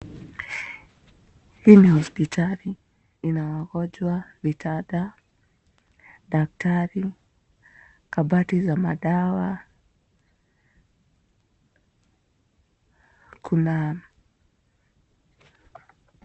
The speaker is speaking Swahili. Hii ni hospitali ina wagonjwa , vitanda, daktari , kabati za madawa , kuna .